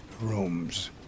rooms